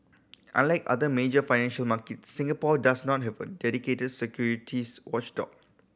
unlike other major financial markets Singapore does not have a dedicated securities watchdog